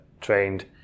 trained